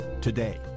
today